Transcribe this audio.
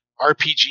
RPG